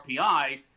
RPI